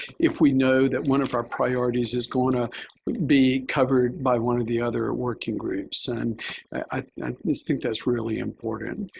if we know that one of our priorities is going to be covered by one of the other working groups, and i think that's really important.